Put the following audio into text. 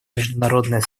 международное